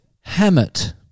Hammett